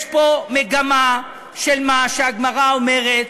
יש פה מגמה של מה שהגמרא אומרת,